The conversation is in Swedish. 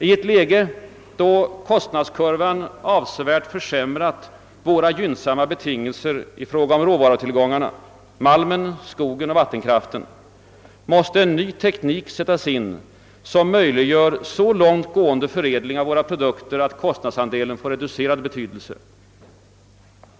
I ett läge där kostnadskurvan avsevärt försämrat våra gynnsamma betingelser i fråga om råvarutillgångarna — malmen, skogen och vattenkraften — måste en ny teknik sättas in som möjliggör så långtgående förädling av våra produkter, att kostnadsandelen får reducerad betydelse.